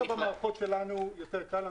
מי שנמצא במערכות שלנו יותר קל לנו,